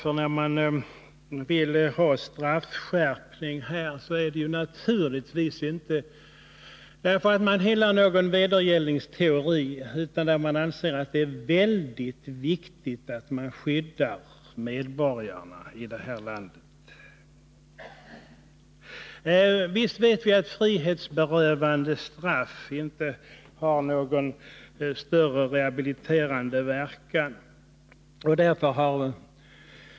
Kraven på straffskärpning grundar sig naturligtvis inte på att man hyllar någon vedergällningsteori utan på att man anser att det är väldigt viktigt att skydda medborgarna i vårt land. Visst vet vi att frihetsberövande straff inte har någon större rehabiliterande verkan.